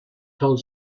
told